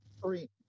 Three